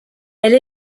elle